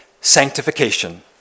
sanctification